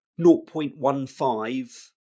0.15